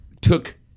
took